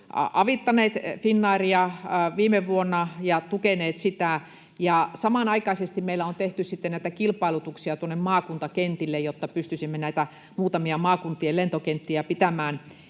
avittaneet Finnairia viime vuonna ja tukeneet sitä, ja samanaikaisesti meillä on tehty kilpailutuksia maakuntakentille, jotta pystyisimme näitä muutamia maakuntien lentokenttiä pitämään